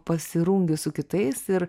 pasirungi su kitais ir